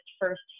first